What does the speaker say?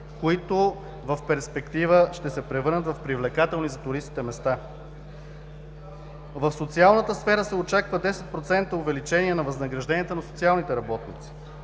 които в перспектива ще се превърнат в привлекателни за туристите места. В социалната сфера се очаква 10% увеличение на възнагражденията на социалните работници.